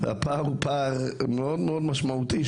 הפער הוא פער מאוד משמעותי.